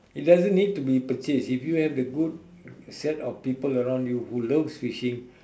it doesn't need to be purchased if you have the good set of people around you who loves fishing